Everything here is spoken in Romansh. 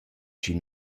chi